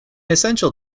essential